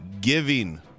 giving